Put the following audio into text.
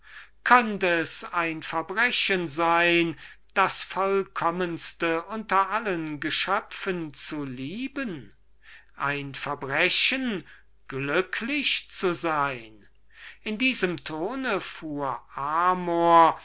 kann es ein verbrechen sein das vollkommenste unter allen geschöpfen zu lieben ist es ein verbrechen glücklich zu sein in diesem ton fuhr amor